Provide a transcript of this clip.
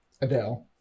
Adele